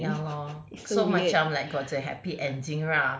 ya lor so macam like got the happy ending lah